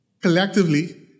collectively